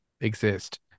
exist